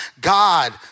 God